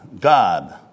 God